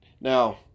Now